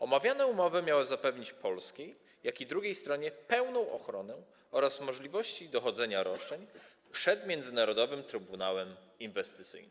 Omawiane umowy miały zapewnić polskiej i drugiej stronie pełną ochronę oraz możliwości dochodzenia roszczeń przed międzynarodowym trybunałem inwestycyjnym